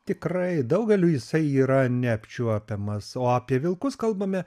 tikrai daugeliui jisai yra neapčiuopiamas o apie vilkus kalbame